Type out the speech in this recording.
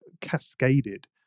cascaded